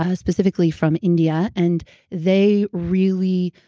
ah specifically from india. and they really.